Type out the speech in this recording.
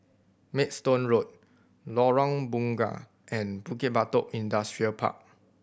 Maidstone Road Lorong Bunga and Bukit Batok Industrial Park